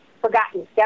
forgotten